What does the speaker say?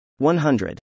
100